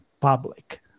public